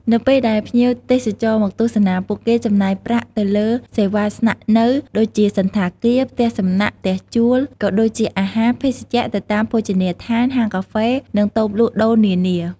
នៅពេលដែលភ្ញៀវទេសចរមកទស្សនា ពួកគេចំណាយប្រាក់ទៅលើសេវាស្នាក់នៅដូចជាសណ្ឋាគារ ផ្ទះសំណាក់ ផ្ទះជួល ក៏ដូចជាអាហារភេសជ្ជៈនៅតាមភោជនីយដ្ឋាន ហាងកាហ្វេ និងតូបលក់ដូរនានា។